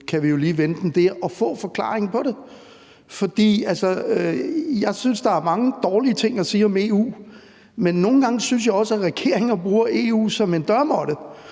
kan vi jo lige vende den der og få forklaringen på det. For jeg synes, der er mange dårlige ting at sige om EU, men nogle gange synes jeg også, at regeringer bruger EU som en dørmåtte